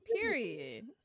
period